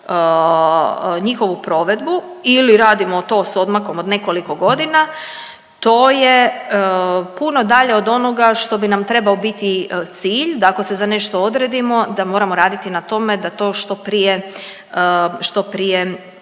njihovu provedbu ili radimo to s odmakom od nekoliko godina. To je puno dalje od onoga što bi nam trebao biti cilj da ako se za nešto odredimo da moramo raditi na tome da to što prije,